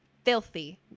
filthy